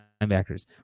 linebackers